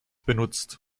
benutzt